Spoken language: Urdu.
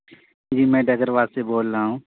جی میں ڈگروا سے بول رہا ہوں